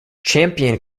champion